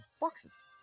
boxes